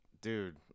Dude